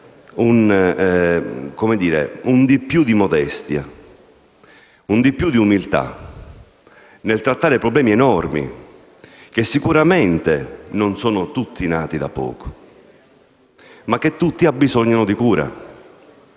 un di più di modestia, una maggiore umiltà nel trattare problemi enormi che sicuramente non sono tutti nati da poco, ma che tutti abbisognano di cura